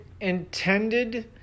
intended